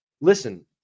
listen